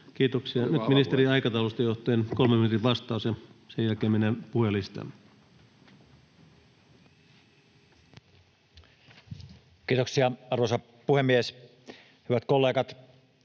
Kiitoksia. — Nyt ministerin aikataulusta johtuen 3 minuutin vastaus, ja sen jälkeen mennään puhujalistaan. Kiitoksia, arvoisa puhemies! Hyvät kollegat,